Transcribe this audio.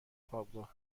خوابگاه